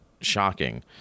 shocking